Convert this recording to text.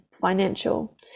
financial